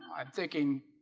i'm thinking